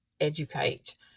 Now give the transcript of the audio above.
educate